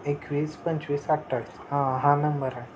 एकवीस पंचवीस अठ्ठावीस हां हा नंबर आहे